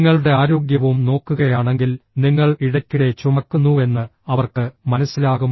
നിങ്ങളുടെ ആരോഗ്യവും നോക്കുകയാണെങ്കിൽ നിങ്ങൾ ഇടയ്ക്കിടെ ചുമക്കുന്നുവെന്ന് അവർക്ക് മനസ്സിലാകും